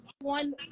one